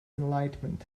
enlightenment